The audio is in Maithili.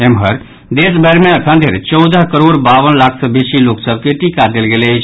एम्हर देशभरि मे अखन धरि चौदह करोड़ बावन लाख सँ बेसी लोक सभ के टीका देल गेल अछि